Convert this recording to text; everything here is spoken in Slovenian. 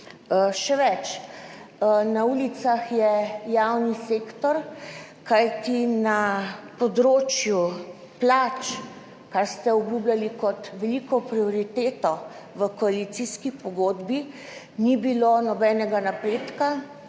Še več, na ulicah je javni sektor, kajti na področju plač, kar ste obljubljali kot veliko prioriteto v koalicijski pogodbi, ni bilo nobenega napredka.